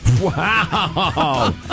Wow